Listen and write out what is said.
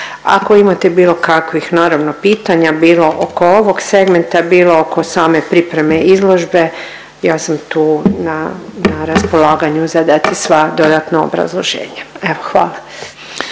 Ako imate bilo kakvih naravno pitanja bilo oko ovog segmenta, bilo oko same pripreme izložbe, ja sam tu na, na raspolaganju za dati sva dodatna obrazloženja, evo hvala.